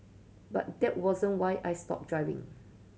but that wasn't why I stopped driving